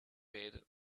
bid